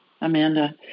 Amanda